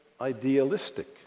idealistic